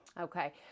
Okay